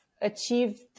achieved